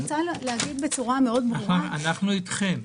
אנחנו אתכם.